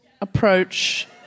approach